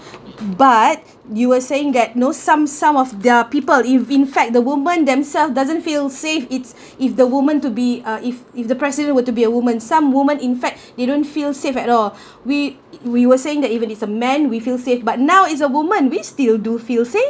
but you were saying that no some some of their people in in fact the woman themselves doesn't feel safe it's if the woman to be uh if if the president would to be a woman some woman in fact you don't feel safe at all we we were saying that even is a man we feel safe but now is a woman we still do feel safe